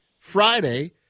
Friday